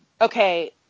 okay